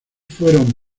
fueron